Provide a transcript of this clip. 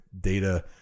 data